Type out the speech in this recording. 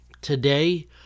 Today